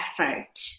effort